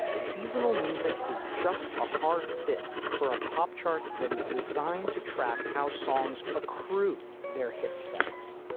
seasonal music is just a hard fit for a pop chart that is designed to track how songs accrue. their hit stats,